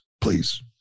please